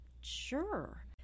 sure